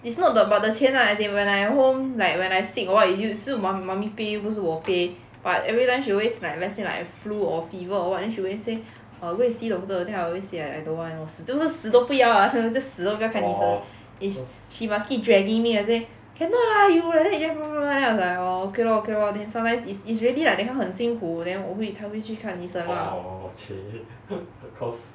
it's not the about the 钱 lah as in when I at home like when I sick or what 也也是 mum~ mummy pay 又不是我 pay but every time she always like let's say like a flu or fever or what then she always say err go and see doctor then I always say I I don't want lor 我死就是死都不要 ah 就是死都不要看医生 is she must keep dragging me and say cannot lah you like that then blah blah blah blah then I was like orh okay lor okay lor then sometimes is is really like that kind 很辛苦 then 我会才会去看医生 lah